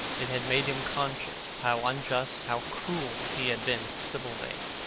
it had made him conscious how unjust, how cruel, he had been to sibyl vane.